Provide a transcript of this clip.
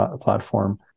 platform